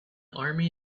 army